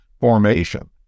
formation